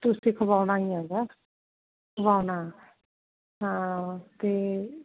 ਤੁਸੀਂ ਖਵਾਉਣਾ ਈ ਐਗਾ ਖਵਾਉਣਾ ਹਾਂ ਤੇ